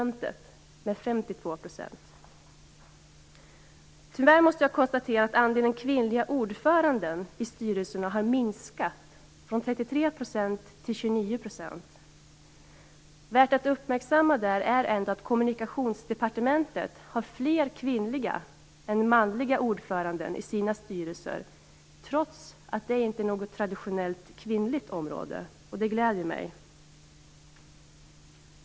Tyvärr måste jag konstatera att andelen kvinnliga ordförande i styrelserna har minskat från 33 % till 29 %. Värt att uppmärksamma är ändå att Kommunikationsdepartementet har fler kvinnliga än manliga ordförande i sina styrelser trots att det inte är något traditionellt kvinnligt område, och detta gläder mig.